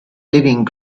living